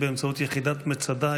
באמצעות יחידת מצדה,